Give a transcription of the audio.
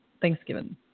Thanksgiving